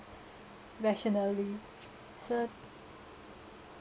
rationally so